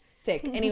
sick